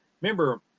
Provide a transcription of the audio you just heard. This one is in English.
remember